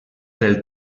del